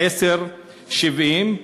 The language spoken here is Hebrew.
10.70,